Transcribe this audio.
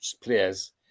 players